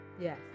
Yes